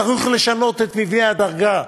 צריך לשנות את מבנה הדרגה.